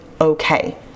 okay